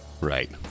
Right